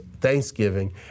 thanksgiving